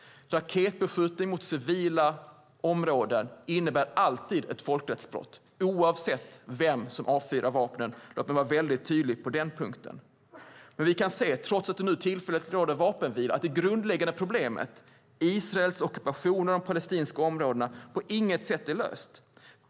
Raketbeskjutning mot civila områden innebär alltid ett folkrättsbrott, oavsett vem som avfyrar vapnen. Låt mig vara mycket tydlig på den punkten. Trots att det nu tillfälligt råder vapenvila kan vi se att det grundläggande problemet, Israels ockupation av de palestinska områdena, inte på något sätt är löst.